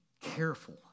careful